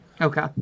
okay